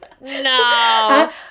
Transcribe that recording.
no